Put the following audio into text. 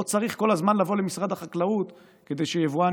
לא צריך כל הזמן לבוא למשרד החקלאות כדי שיבואן